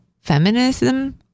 feminism